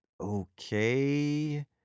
okay